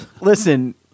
listen